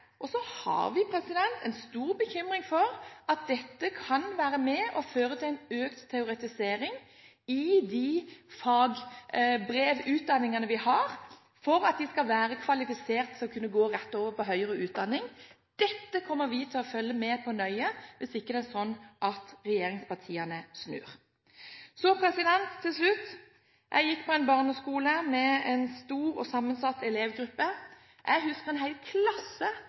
Så har vi en stor bekymring for at dette kan føre til en økt teoretisering i de fagbrevutdanningene vi har, for at de skal være kvalifisert til å kunne gå rett over på høyere utdanning. Dette kommer vi til å følge nøye med på, hvis det ikke er sånn at regjeringspartiene snur. Til slutt: Jeg gikk på en barneskole med en stor og sammensatt elevgruppe. Jeg husker en hel klasse